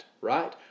right